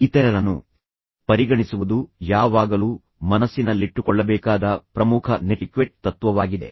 ಇತರರನ್ನು ಪರಿಗಣಿಸುವುದು ಯಾವಾಗಲೂ ಮನಸ್ಸಿನಲ್ಲಿಟ್ಟುಕೊಳ್ಳಬೇಕಾದ ಪ್ರಮುಖ ನೆಟಿಕ್ವೆಟ್ ತತ್ವವಾಗಿದೆ